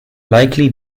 likely